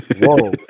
whoa